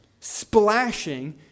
splashing